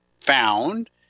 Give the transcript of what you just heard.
found